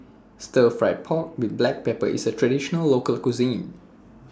Stir Fried Pork with Black Pepper IS A Traditional Local Cuisine